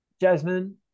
Jasmine